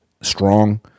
strong